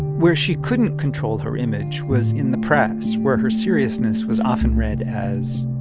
where she couldn't control her image was in the press, where her seriousness was often read as.